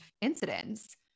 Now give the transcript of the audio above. incidents